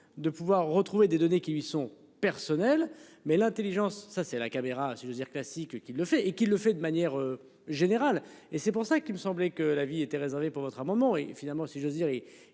de pouvoir retrouver des données qui lui sont personnelles mais l'Intelligence, ça c'est la caméra si j'ose dire classique qui le fait et qui le fait de manière générale et c'est pour ça qu'il me semblait que la vie était réservé pour votre un moment et finalement, si j'ose dire